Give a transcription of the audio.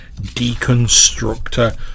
deconstructor